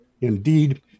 Indeed